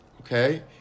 okay